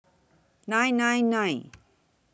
nine nine nine